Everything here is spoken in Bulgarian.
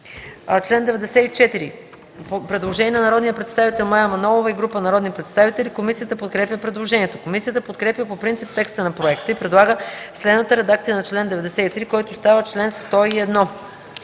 Член 94 – предложение на народният представител Мая Манолова и група народни представители. Комисията подкрепя предложението. Комисията подкрепя по принцип текста на проекта и предлага следната редакция на чл. 93, който става чл. 101: